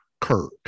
Kirk